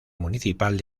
municipal